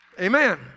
Amen